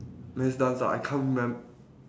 mass dance ah I can't remem~